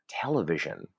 television